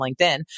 LinkedIn